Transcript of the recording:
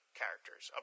characters